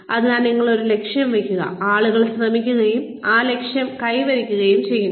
അതിനാൽ നിങ്ങൾ ഒരു ലക്ഷ്യം വെക്കുക ആളുകൾ ശ്രമിക്കുകയും ആ ലക്ഷ്യം കൈവരിക്കുകയും ചെയ്യുന്നു